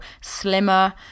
slimmer